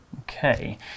Okay